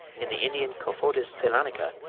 in the indian cophotis ceylanica,